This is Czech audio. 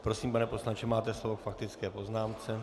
Prosím, pane poslanče, máte slovo k faktické poznámce.